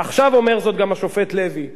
והרי אתם בשמאל, כמונו,